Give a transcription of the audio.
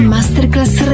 Masterclass